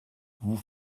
vous